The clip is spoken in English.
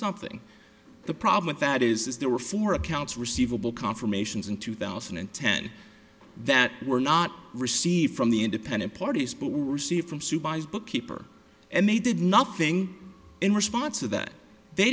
something the problem with that is there were four accounts receivable confirmations in two thousand and ten that were not received from the independent parties but we're see from sued by a bookkeeper and they did nothing in response to that they